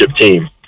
team